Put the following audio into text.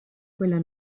quella